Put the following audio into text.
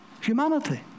Humanity